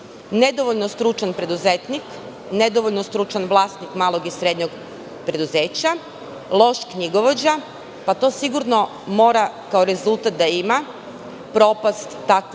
Nedovoljno stručan preduzetnik, nedovoljno stručan vlasnik malog i srednjeg preduzeća, loš knjigovođa. To sigurno mora kao rezultat da ima propast takvog